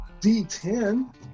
D10